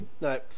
no